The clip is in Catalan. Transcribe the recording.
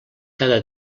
cada